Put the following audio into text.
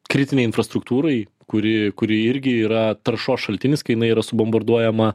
kritinei infrastruktūrai kuri kuri irgi yra taršos šaltinis kai jinai yra subombarduojama